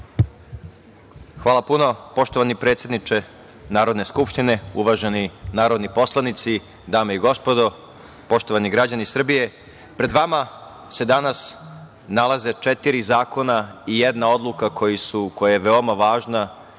Hvala puno. Poštovani predsedniče Narodne skupštine, uvaženi narodni poslanici, dame i gospodo, poštovani građani Srbije, pred vama se danas nalaze četiri zakona i jedna odluka koja je veoma važna